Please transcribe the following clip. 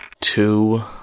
Two